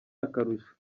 akarusho